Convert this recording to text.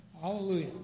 Hallelujah